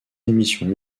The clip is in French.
émissions